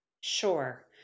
Sure